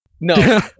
No